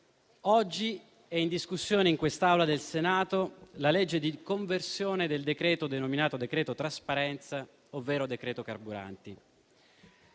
oggi in discussione in quest'Aula del Senato la legge di conversione del cosiddetto decreto trasparenza ovvero decreto carburanti.